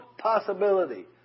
possibility